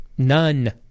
None